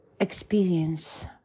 experience